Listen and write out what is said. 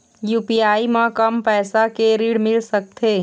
UPI म कम पैसा के ऋण मिल सकथे?